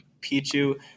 Pichu